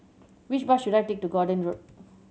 which bus should I take to Gordon Road